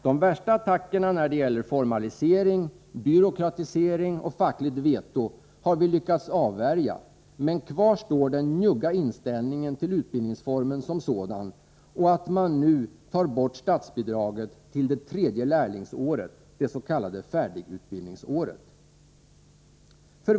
De värsta attackerna när det gäller formalisering, byråkratisering och fackligt veto har vi lyckats avvärja, men kvar står den njugga inställningen till utbildningsformen som sådan och att man nu tar bort statsbidraget till det tredje lärlingsåret, det s.k. färdigutbildningsåret.